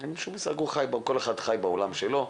אין לו שום מושג, כל אחד חי בעולם שלו,